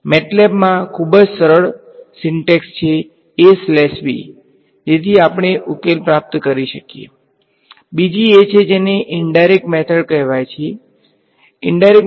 તમારી પાસે લગભગ એક લાખ એલીમેંટ હશે અને એક લાખ એલીમેંટ માટે જો તમે આ ઈંટેગ્રલ મૂલ્યાંકન કરવાનો પ્રયાસ કરી રહ્યાં હોવ તો તમે તમારા ક્વાડ્રેચરના નિયમમાં જેટલા પોઈન્ટ પસંદ કરો છો જેટલા પોઈન્ટની સંખ્યા વધુ તેટલા વધુ ફંક્શન મૂલ્યાંકનની સંખ્યા